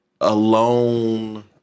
alone